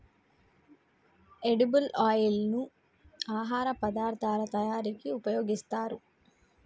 edible oil ను ఆహార పదార్ధాల తయారీకి ఉపయోగిస్తారు